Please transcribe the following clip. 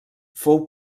fou